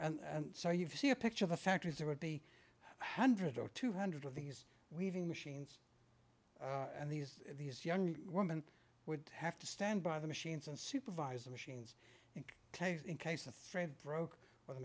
girls and so you see a picture of the factories there would be a hundred or two hundred of these weaving machines and these these young woman would have to stand by the machines and supervise the machine in case in case the thread broke or the